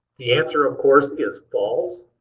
the answer, of course, is false.